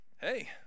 Hey